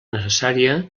necessària